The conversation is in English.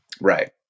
Right